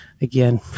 again